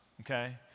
okay